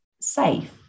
safe